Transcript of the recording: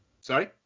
Sorry